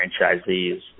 franchisees